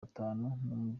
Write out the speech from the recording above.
batanu